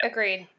Agreed